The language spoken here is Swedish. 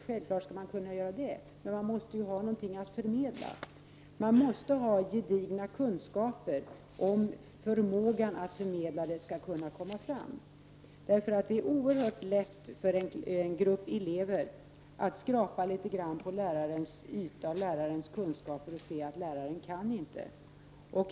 Självfallet skall man kunna göra det, men man måste ju ha någonting att förmedla. Man måste ha gedigna kunskaper om förmågan att förmedla dem skall komma fram. Det är oerhört lätt för en grupp elever att skrapa litet på ytan av lärarens kunskaper och se att läraren inte kan.